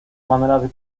maneras